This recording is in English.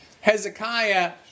Hezekiah